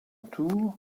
tour